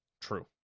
True